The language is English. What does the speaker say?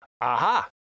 aha